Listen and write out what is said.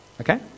okay